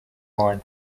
line